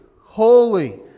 holy